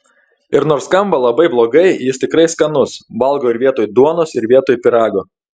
ir nors skamba labai blogai jis tikrai skanus valgau ir vietoj duonos ir vietoj pyrago